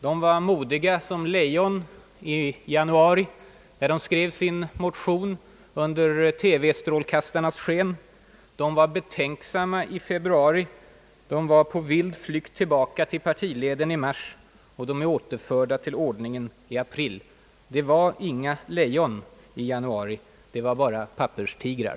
De verkade modiga som lejon i januari när de skrev på sin motion i TV-strålkastarnas sken. De blev betänksamma i februari. De var på vild flykt tillbaka till partifållan i mars. De är återförda till ordningen nu i april. De var alltså i verkligheten inga lejon — de var bara papperstigrar.